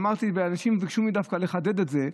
ואנשים ביקשו ממני דווקא לחדד את זה,